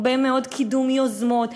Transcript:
הרבה מאוד קידום יוזמות,